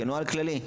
כנוהל כללי.